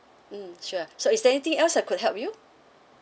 mm sure so is there anything else I could help you